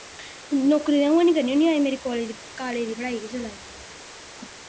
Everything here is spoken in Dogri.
नौकरी ते अ'ऊं हैनी करनी होन्नी अजें मेरी कोलेज दी कालेज दी पढ़ाई गै चला दी ऐ